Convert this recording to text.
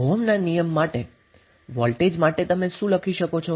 ઓહમના નિયમ માટે વોલ્ટેજ માટે તમે શું લખી શકો છો